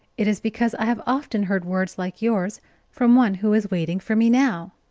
it is because i have often heard words like yours from one who is waiting for me now.